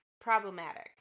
problematic